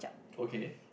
okay